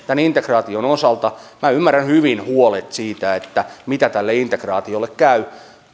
tämän integraation osalta minä ymmärrän hyvin huolet siitä miten tälle integraatiolle käy